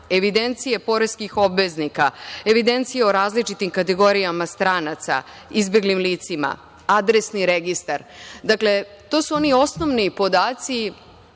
evidencije poreskih obveznika, evidencija o različitim kategorijama stranaca, izbeglim licima, adresni registar, dakle to su oni osnovni podaci